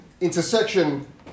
intersection